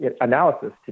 analysis